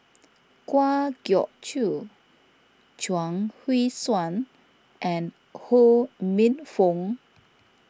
Kwa Geok Choo Chuang Hui Tsuan and Ho Minfong